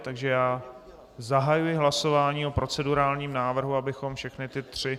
Takže zahajuji hlasování o procedurálním návrhu, abychom všechny ty tři...